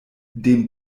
dem